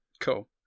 Cool